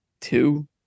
two